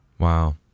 Wow